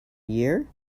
year